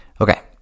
Okay